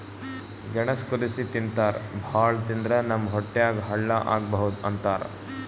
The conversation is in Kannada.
ಗೆಣಸ್ ಕುದಸಿ ತಿಂತಾರ್ ಭಾಳ್ ತಿಂದ್ರ್ ನಮ್ ಹೊಟ್ಯಾಗ್ ಹಳ್ಳಾ ಆಗಬಹುದ್ ಅಂತಾರ್